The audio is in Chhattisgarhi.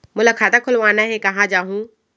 मोला खाता खोलवाना हे, कहाँ जाहूँ?